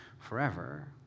forever